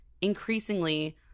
increasingly